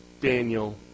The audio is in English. Daniel